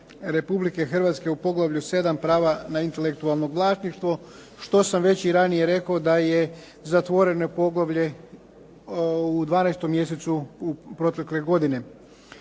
Republike Hrvatske u poglavlju 7.-Prava na intelektualno vlasništvo, što sam već i ranije rekao da je zatvoreno poglavlje u 12. mjesecu protekle godine.